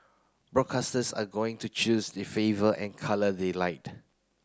broadcasters are going to choose the flavour and colour they like